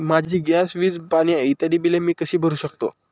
माझी गॅस, वीज, पाणी इत्यादि बिले मी कशी भरु शकतो?